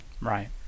Right